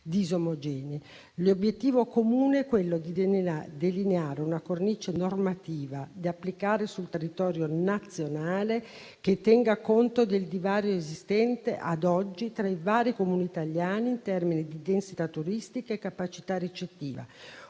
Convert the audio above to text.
disomogenei. L'obiettivo comune è quello di delineare una cornice normativa da applicare sul territorio nazionale che tenga conto del divario esistente ad oggi tra i vari Comuni italiani in termini di densità turistica e capacità ricettiva.